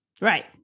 Right